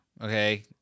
okay